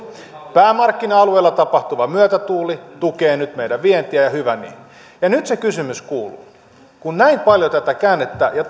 päämarkkina alueella tapahtuva myötätuuli tukee nyt meidän vientiä ja hyvä niin nyt se kysymys kuuluu kun näin paljon tätä käännettä ja